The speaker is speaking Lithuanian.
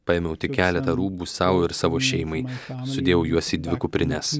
paėmiau tik keletą rūbų sau ir savo šeimai sudėjau juos į dvi kuprines